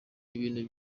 ibintu